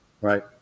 right